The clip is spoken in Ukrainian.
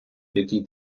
який